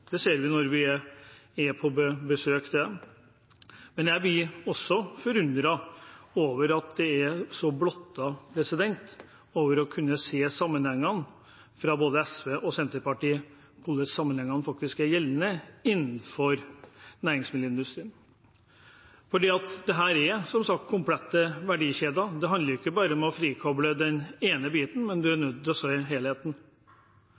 Det ser vi når vi er på besøk hos dem. Jeg blir forundret over at de – SV og Senterpartiet – er så blottet for å se sammenhengene og hvordan sammenhengene gjør seg gjeldende innenfor næringsmiddelindustrien. Dette er som sagt komplette verdikjeder. Det handler ikke bare om å frikoble den ene biten, man er nødt til å se helheten.